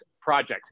project